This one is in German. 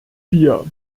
bier